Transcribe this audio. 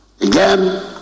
Again